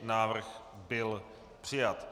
Návrh byl přijat.